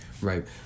right